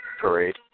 Parade